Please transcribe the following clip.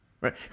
right